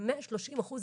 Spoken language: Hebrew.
ב-130 אחוז,